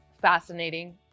fascinating